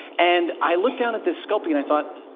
and i looked down at this sculpey, and i thought,